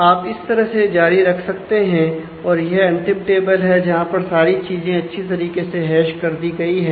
आप इस तरह से जारी रख सकते हैं और यह अंतिम टेबल है जहां पर सारी चीजें अच्छी तरीके से हैश कर दी गई है